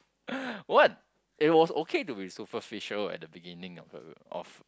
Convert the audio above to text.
what it was okay to be superficial at the beginning of a of